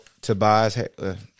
Tobias –